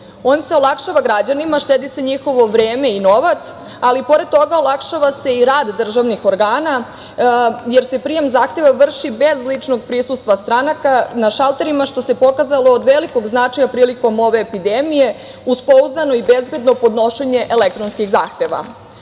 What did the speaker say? se olakšava građanima, štedi se njihovo vreme i novac, ali pored toga olakšava se i rad državnih organa, jer se prijem zahteva vrši bez ličnog prisustva stranaka na šalterima, što se pokazalo od velikog značaja prilikom ove epidemije, uz pouzdano i bezbedno podnošenje elektronskih zahteva. Ova